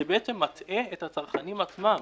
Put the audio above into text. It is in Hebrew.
זה בעצם מטעה את הצרכנים עצמם.